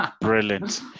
brilliant